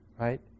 right